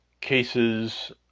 cases